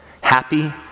happy